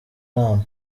nama